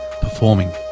performing